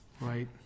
Right